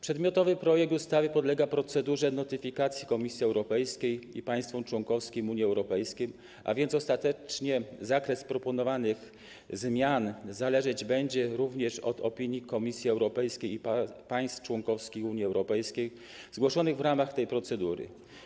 Przedmiotowy projekt ustawy podlega procedurze notyfikacji Komisji Europejskiej i państwom członkowskim Unii Europejskiej, a więc ostatecznie zakres proponowanych zmian zależeć będzie również od opinii Komisji Europejskiej i państw członkowskich Unii Europejskiej zgłoszonych w ramach tej procedury.